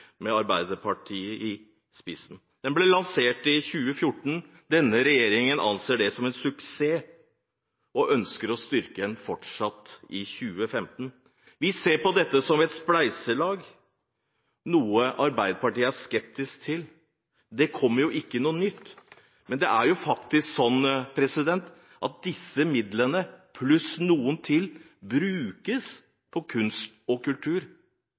med Arbeiderpartiet i spissen. Den ble lansert i 2014. Denne regjeringen anser den som en suksess og ønsker å styrke den fortsatt i 2015. Vi ser på dette som et spleiselag, noe Arbeiderpartiet er skeptisk til – det kommer jo ikke noe nytt! Men det er jo faktisk sånn at disse midlene pluss noen til brukes på kunst og kultur.